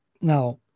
Now